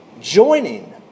joining